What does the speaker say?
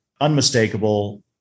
Unmistakable